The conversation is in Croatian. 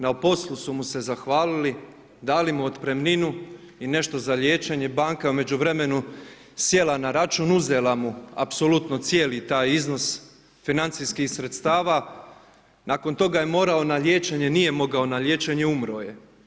Na poslu su mu se zahvalili, dali mu otpremninu i nešto za liječenje, banka u međuvremenu sjela na račun, uzela mu apsolutno cijeli taj iznos financijskih sredstava nakon toga je morao na liječenje, nije mogao na liječenje, umro je.